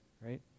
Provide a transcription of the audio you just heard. right